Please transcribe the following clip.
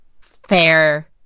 fair